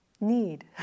need